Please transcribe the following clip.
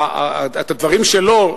הדברים שלו,